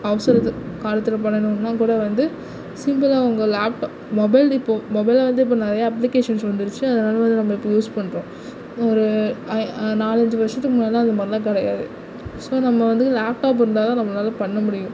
அவசர காலத்தில் பண்ணணுனால் கூட வந்து சிம்பிளாக வந்து உங்க லாப்டாப் மொபைல் இப்போது மொபைலில் வந்து இப்போ நிறையா அப்ளிகேசன்ஸ் வந்துடுச்சு அதனால அதை நம்ம இப்போ யூஸ் பண்றோம் ஒரு நாலு அஞ்சு வருஷத்துக்கு முன்னேலாம் அதுமாதிரிலாம் கிடையாது ஸோ நம்ம வந்து லாப்டாப் இருந்தால்தான் நம்மளால் பண்ண முடியும்